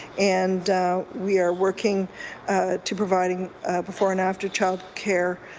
and we are working to provide and before and after child care